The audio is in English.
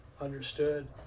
understood